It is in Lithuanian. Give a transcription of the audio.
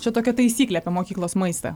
čia tokia taisyklė apie mokyklos maistą